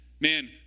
Man